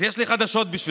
אז יש לי חדשות בשבילכם: